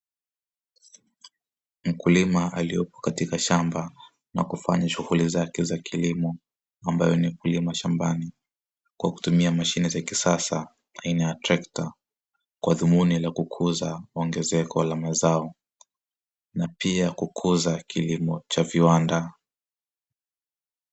Mkulima aliyepo katika shamba na kufanya shughuli zake za kilimo, ambayo ni kulima shambani, kwa kutumia mashine za kisasa aina ya trekta, kwa dhumuni la kukuza ongezeko la mazao na pia kukuza kilimo cha viwanda.